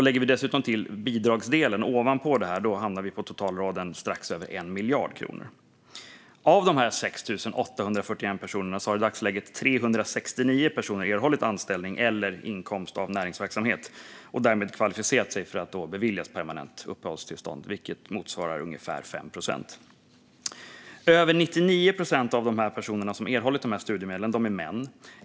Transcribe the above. Lägger vi dessutom till bidragsdelen hamnar vi på totalraden strax över 1 miljard kronor. Av de här 6 841 personerna har i dagsläget 369 personer erhållit anställning eller inkomst av näringsverksamhet och därmed kvalificerat sig för att beviljas permanent uppehållstillstånd, vilket motsvarar ungefär 5 procent. Över 99 procent av de personer som har erhållit dessa studiemedel är män.